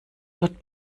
dort